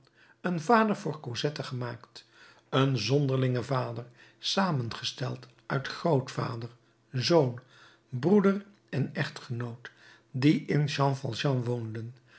een vader voor cosette gemaakt een zonderlinge vader samengesteld uit grootvader zoon broeder en echtgenoot die in jean valjean woonden